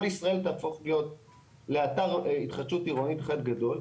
כל ישראל תהפוך להיות לאתר התחדשות עירונית אחד גדול.